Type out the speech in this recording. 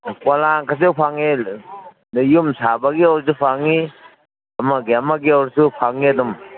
ꯄꯣꯂꯥꯡꯒꯁꯨ ꯐꯪꯉꯦ ꯑꯗ ꯌꯨꯝ ꯁꯥꯕꯒꯤ ꯑꯣꯏꯔꯁꯨ ꯐꯪꯏ ꯑꯃꯒꯤ ꯑꯃꯒꯤ ꯑꯣꯏꯔꯁꯨ ꯐꯪꯏ ꯑꯗꯨꯝ